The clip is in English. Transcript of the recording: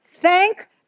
Thank